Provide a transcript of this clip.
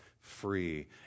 free